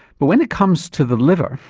but when it comes to the liver,